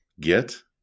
get